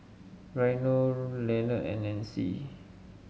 Reino Lenard and Nancy